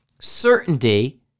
certainty